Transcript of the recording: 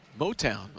Motown